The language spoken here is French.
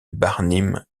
barnim